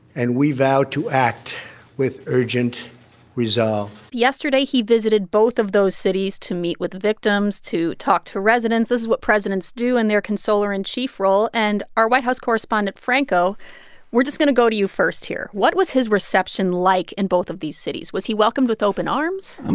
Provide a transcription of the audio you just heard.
and we vow to act with urgent resolve yesterday, he visited both of those cities to meet with victims, to talk to residents. this is what presidents do in their consoler in chief role. and our white house correspondent franco we're just going to go to you first here. what was his reception like in both of these cities? was he welcomed with open arms? and